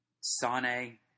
Sane